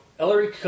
Ellery